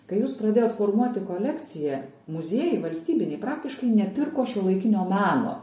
kai jūs pradėjot formuoti kolekciją muziejai valstybiniai praktiškai nepirko šiuolaikinio meno